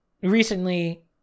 recently